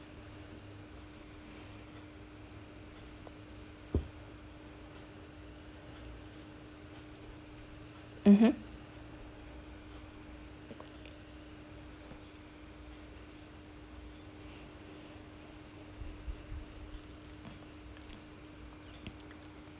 mmhmm